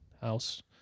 house